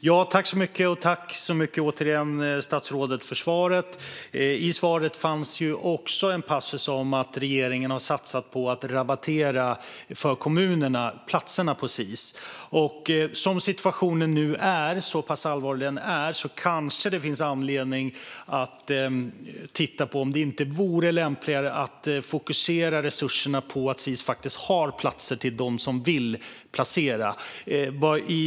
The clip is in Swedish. Herr talman! Jag tackar återigen statsrådet för svaret. Där fanns en passus om att regeringen har satsat på att rabattera Sis-platserna för kommunerna. Situationen är nu så pass allvarlig att det kanske finns anledning att titta på om det inte vore lämpligare att fokusera resurserna på att Sis ska ha platser till dem som vill placera.